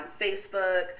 Facebook